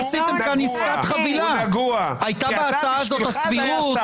הצעת החוק שהזכרת לא הייתה הצעת חוק של תקווה חדשה או מי מחבריה.